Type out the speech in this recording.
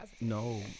no